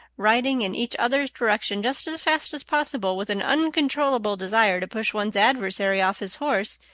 riding in each other's direction just as fast as possible with an uncontrollable desire to push one's adversary off his horse,